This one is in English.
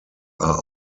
are